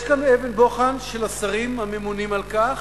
יש כאן אבן בוחן של השרים הממונים על כך